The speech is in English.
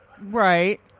Right